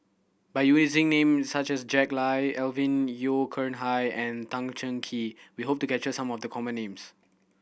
by using name such as Jack Lai Alvin Yeo Khirn Hai and Tan Cheng Kee we hope to capture some of the common names